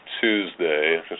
Tuesday –